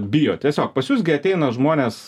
bijo tiesiog pas jus gi ateina žmonės